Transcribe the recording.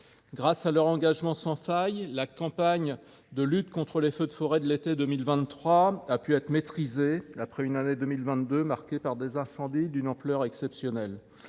Grâce à leur engagement sans faille, la campagne de lutte contre les feux de forêt de l’été 2023 a pu être maîtrisée, après une année 2022 marquée par des incendies d’une ampleur exceptionnelle.